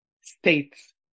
states